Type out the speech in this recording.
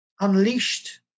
unleashed